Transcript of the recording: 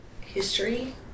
History